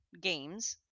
games